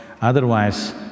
otherwise